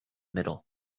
middle